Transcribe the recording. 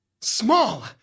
Small